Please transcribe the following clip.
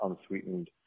unsweetened